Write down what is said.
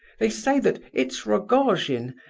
they say that it's rogojin,